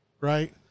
right